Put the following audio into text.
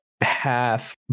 half